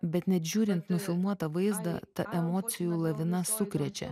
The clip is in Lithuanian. bet net žiūrint nufilmuotą vaizdą tą emocijų lavina sukrečia